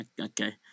Okay